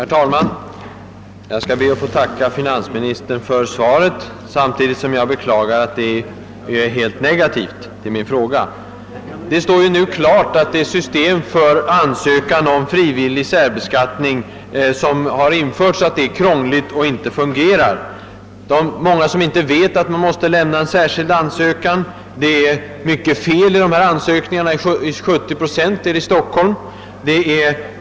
Herr talman! Jag ber att få tacka finansministern för svaret, samtidigt som jag beklagar att det är helt negativt. Det står nu klart att det system för an sökan om frivillig särbeskattning som införts är krångligt och inte fungerar. Många vet inte att man måste lämna in en särskild ansökan. De ansökningar som lämnas in är det också mycket fel i — inte mindre än 70 procent av ansökningarna här i Stockholm innehåller felaktiga uppgifter.